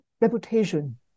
reputation